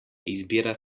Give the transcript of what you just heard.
izbira